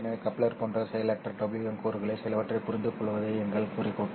எனவே கப்ளர் போன்ற செயலற்ற WDM கூறுகளில் சிலவற்றைப் புரிந்துகொள்வதே எங்கள் குறிக்கோள்